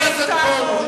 חבר הכנסת פרוש.